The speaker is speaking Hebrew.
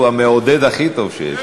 הוא המעודד הכי טוב שיש.